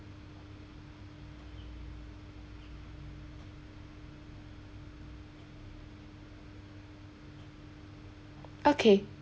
okay